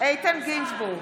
איתן גינזבורג,